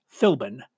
Philbin